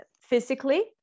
physically